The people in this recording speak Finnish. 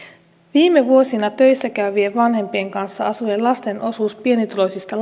viime vuosina töissä käyvien vanhempien kanssa asuvien lasten osuus pienituloisista